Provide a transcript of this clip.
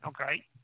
okay